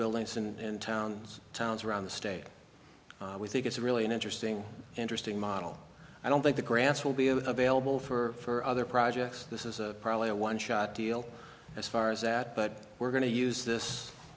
buildings and towns towns around the state we think it's really an interesting interesting model i don't think the grants will be available for other projects this is a probably a one shot deal as far as that but we're going to use this